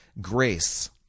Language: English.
grace